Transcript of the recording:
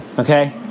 Okay